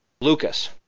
Lucas